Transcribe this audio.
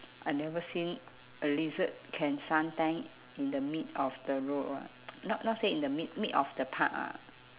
I never seen a lizard can suntan in the mid of the road [one] not not say in the mid mid of the park ah